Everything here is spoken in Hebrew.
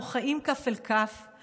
/ מוחאים כף אל כף,